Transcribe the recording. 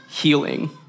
healing